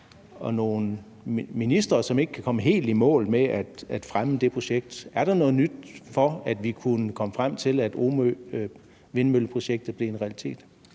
og nogle ministre, som ikke kan komme helt i mål med at fremme det projekt. Er der noget nyt om, at vi kunne komme frem til, at Omøvindmølleprojektet blev en realitet?